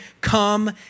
Come